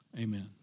Amen